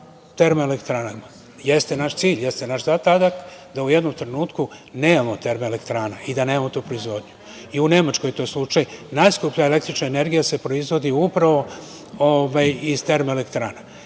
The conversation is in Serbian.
termoelektranama. Jeste naš cilj, jeste naš zadatak da u jednom trenutku nemamo termoelektrana i da nemamo tu proizvodnju, i u Nemačkoj je to slučaj. Najskuplja električna energija se proizvodi upravo iz termoelektrana.